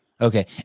Okay